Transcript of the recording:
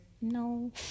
No